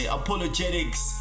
apologetics